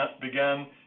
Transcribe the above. began